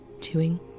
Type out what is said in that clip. chewing